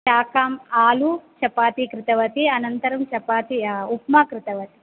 शाकाम् आलू चपाति कृतवती अनन्तरं चपाति उप्मा कृतवती